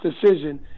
decision